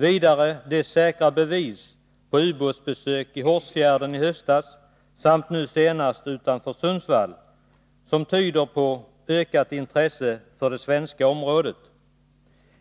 Vidare har vi de säkra bevisen på ubåtsbesök i Hårsfjärden i höstas samt nu senast utanför Sundsvall, som tyder på ökat intresse för det svenska området.